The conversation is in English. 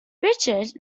richards